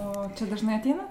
o čia dažnai ateina